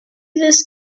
this